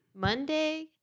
Monday